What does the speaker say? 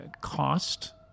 cost